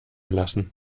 lassen